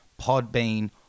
Podbean